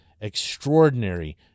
extraordinary